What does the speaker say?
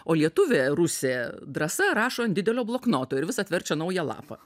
o lietuvė rusė drąsa rašo ant didelio bloknoto ir vis atverčia naują lapą